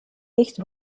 nicht